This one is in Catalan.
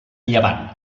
llevant